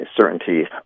certainty